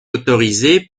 autorisé